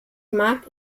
mag